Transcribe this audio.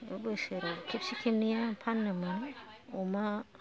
बबेबा बोसोराव खेबसे खेबनैया फाननो मोनो अमा